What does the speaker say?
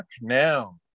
now